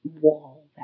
wall